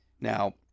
Now